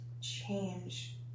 change